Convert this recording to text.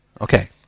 Okay